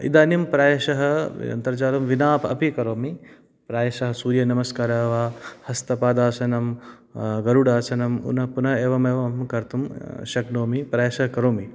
इदानीं प्रायशः अन्तर्जालं विना अपि करोमि प्रायशः सूर्यनमस्कारः वा हस्तपादासनं गरुडासनं पुनः पुनः एवमेव कर्तुं शक्नोमि प्रायशः करोमि